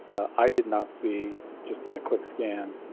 i did not see just in a quick scan.